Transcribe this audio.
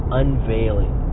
unveiling